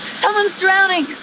someone's drowning!